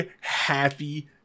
happy